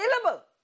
available